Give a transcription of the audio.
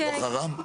לא חראם?